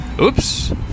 Oops